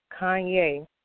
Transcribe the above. Kanye